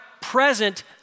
present